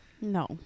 No